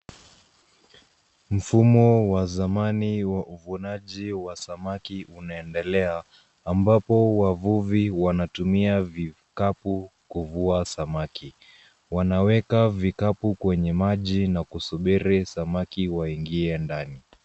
Mfumo wa zamani wa uvunaji wa samaki unaendelea, ambapo wavuvi wanatumia vikapu kuvua samaki. Wanaweka vikapu kwenye maji na kusubiri samaki waingie ndani.